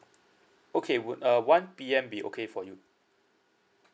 okay would uh one P_M be okay for you